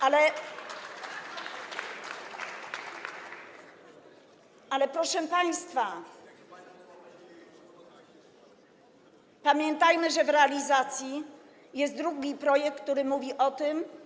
Ale, proszę państwa, pamiętajmy, że realizowany jest drugi projekt, który mówi o tym.